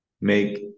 make